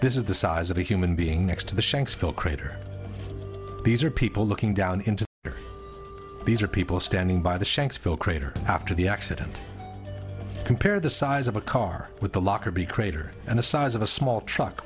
this is the size of a human being next to the shanksville crater these are people looking down into these are people standing by the shanksville crater after the accident compare the size of a car with the lockerbie crater and the size of a small truck